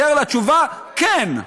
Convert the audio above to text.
את התשובה: כן.